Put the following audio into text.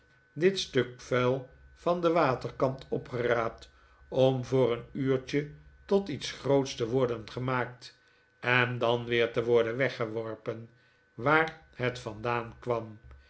dit stuk vuil van den waterkant opgeraapt om voor een uurtje tot iets groots te worden gemaakt en dan weer te worden weggeworpen waar het vandaan kwam